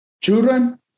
children